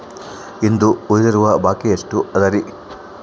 ಇಂದು ಉಳಿದಿರುವ ಬಾಕಿ ಎಷ್ಟು ಅದರಿ?